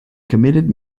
committed